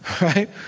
Right